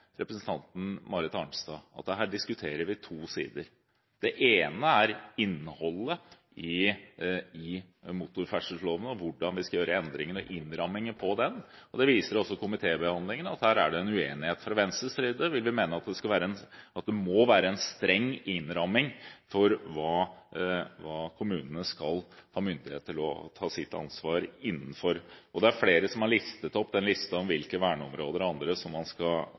representanten Marit Arnstad i at her diskturer vi to sider. Det ene er innholdet i motorferdselloven, og hvordan vi skal gjøre endringene i innrammingen på den. Komitébehandlingen viser også at her er det en uenighet. Fra Venstres side vil vi mene at det må være en streng innramming for hva kommunene skal ha myndighet til å ta sitt ansvar innenfor. Det er flere som har nevnt den listen over hvilke verneområder, og annet, som vi må ta hensyn til. Så er det den andre siden, som